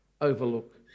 overlook